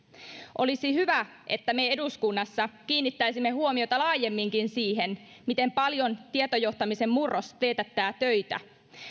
olisi hyvä että me eduskunnassa kiinnittäisimme huomiota laajemminkin siihen miten paljon tietojohtamisen murros teetättää töitä